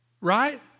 Right